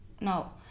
no